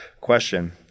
question